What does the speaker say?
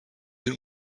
den